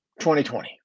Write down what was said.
2020